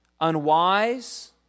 unwise